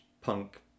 punk